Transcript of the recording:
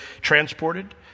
transported